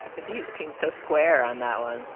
the beat seems so square on that one.